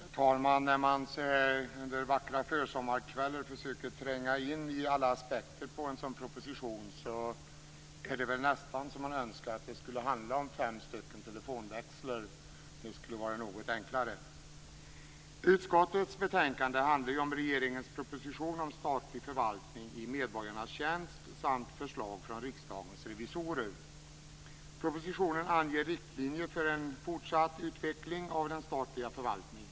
Herr talman! När man så här under vackra försommarkvällar försöker tränga in i alla aspekter av en sådan här proposition är det väl nästan så att man önskar att det handlade om fem telefonväxlar. Det skulle vara något enklare. Utskottets betänkande handlar ju om regeringens proposition om statlig förvaltning i medborgarnas tjänst samt förslag från Riksdagens revisorer. Propositionen anger riktlinjer för en fortsatt utveckling av den statliga förvaltningen.